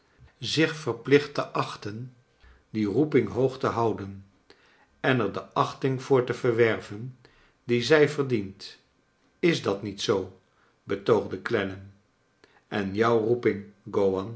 zich verplicht te achten die roeping hoog te houden en er de achting voor te verwerven die zij verdient is dat niet zoo betoogde clennam en jouw roeping